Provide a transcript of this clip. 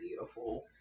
beautiful